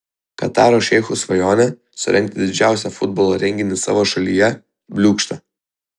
kataro šeichų svajonė surengti didžiausią futbolo renginį savo šalyje bliūkšta